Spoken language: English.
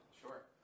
Sure